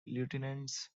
lieutenants